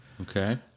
Okay